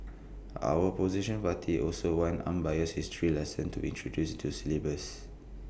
our opposition party also wants unbiased history lessons to be introduced into the syllabus